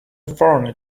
foreigner